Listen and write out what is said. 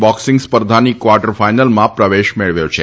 boxing સ્પર્ધાની quarter ફાઇનલમાં પ્રવેશ કર્યો છે